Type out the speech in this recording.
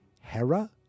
Hera